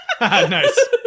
Nice